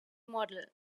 model